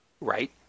Right